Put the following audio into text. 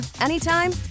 anytime